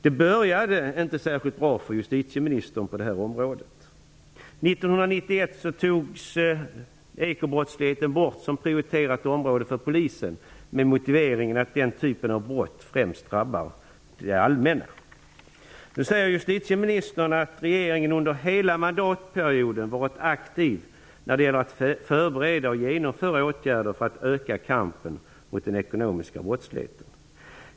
Det började inte särskilt bra för justitieministern på det här området. 1991 togs ekobrottsligheten bort som prioriterat område för polisen, med motiveringen att den typen av brott främst drabbar det allmänna. Nu säger justitieministern att regeringen under hela mandatperioden har varit aktiv när det gäller att förbereda och genomföra åtgärder för att öka kampen mot den ekonomiska brottsligheten.